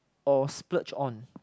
or splurge on